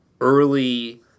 early